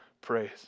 praise